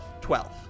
Twelve